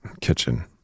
kitchen